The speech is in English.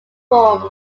forms